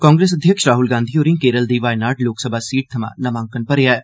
कांग्रेस अध्यक्ष राहुल गांधी होरें केरल दी वायनाड लोकसभा सीट थमां नामांकन मरेआ ऐ